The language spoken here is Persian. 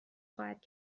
خواهد